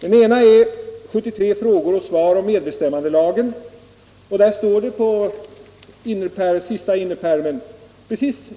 Den ena heter ”73 frågor och svar om medbestämmandelagen”, och där finner man